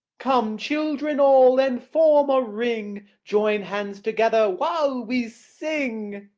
come, children all, and form a ring, join hands together, while we sing.